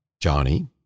Johnny